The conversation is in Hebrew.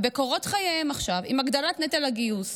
ובקורות חייהם עכשיו, עם הגדלת נטל הגיוס,